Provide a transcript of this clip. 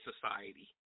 society